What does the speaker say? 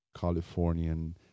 Californian